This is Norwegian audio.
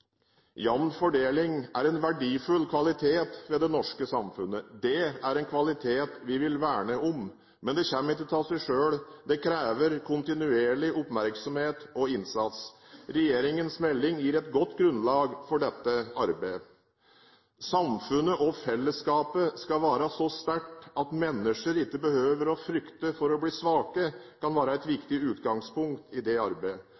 Jevn fordeling er en verdifull kvalitet ved det norske samfunnet. Det er en kvalitet vi vil verne om, men det kommer ikke av seg selv, det krever kontinuerlig oppmerksomhet og innsats. Regjeringens melding gir et godt grunnlag for dette arbeidet. Samfunnet og fellesskapet skal være så sterke at mennesker ikke behøver å frykte for å bli svake: Det kan være et viktig utgangspunkt i det arbeidet